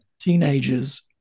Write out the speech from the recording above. teenagers